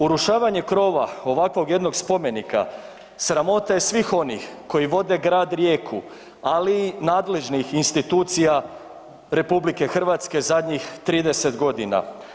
Urušavanje krova ovakvog jednog spomenika sramota je svih onih koji vode grad Rijeku, ali i nadležnih institucija RH zadnjih 30 godina.